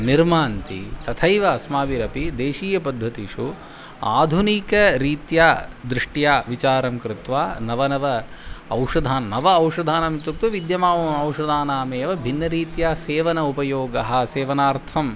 निर्मान्ति तथैव अस्माभिरपि देशीयपद्धतिषु आधुनिकरीत्या दृष्ट्या विचारं कृत्वा नवनव औषधान् नव औषधानाम् इत्युक्त्वा विद्यमानान् औषधानामेव भिन्नरीत्या सेवनम् उपयोगः सेवनार्थम्